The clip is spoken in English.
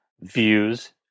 views